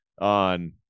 on